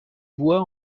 bois